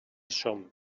som